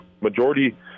Majority